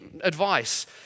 advice